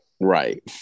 right